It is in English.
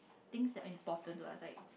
things are important to us like